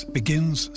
begins